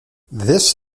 this